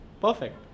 Perfect